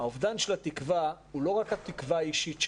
האובדן של התקווה הוא לא רק התקווה האישית שלהם,